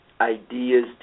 ideas